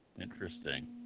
Interesting